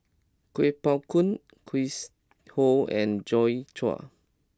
Kuo Pao Kun Chris Ho and Joi Chua